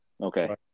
Okay